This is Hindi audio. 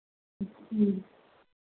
ह्म्म जी